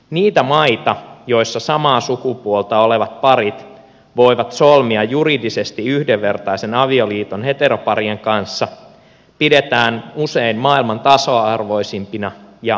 niitä maita joissa samaa sukupuolta olevat parit voivat solmia avioliiton joka on juridisesti yhdenvertainen heteroparien avioliiton kanssa pidetään usein maailman tasa arvoisimpina ja menestyvimpinä